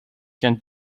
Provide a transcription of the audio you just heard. can